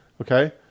okay